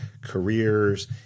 careers